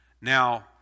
Now